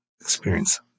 experience